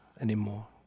anymore